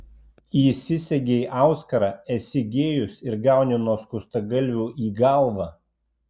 įsisegei auskarą esi gėjus ir gauni nuo skustagalvių į galvą